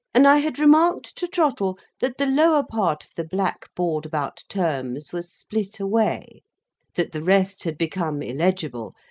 and i had remarked to trottle, that the lower part of the black board about terms was split away that the rest had become illegible,